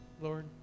Lord